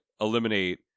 eliminate